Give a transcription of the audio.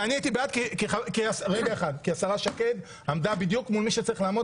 והייתי בעד כי השרה שקד עמדה בדיוק מול מי שצריך לעמוד